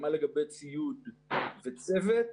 מה לגבי ציוד וצוות,